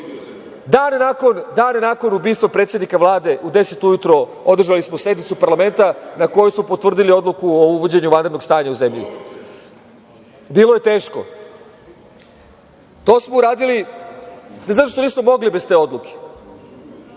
Dan nakon ubistva predsednika Vlade u 10 ujutru, održali smo sednicu parlamenta na kojoj smo potvrdili odluku o uvođenju vanrednog stanja u zemlji. Bilo je teško, to smo uradili, ne zato što nismo mogli bez te odluke,